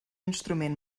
instrument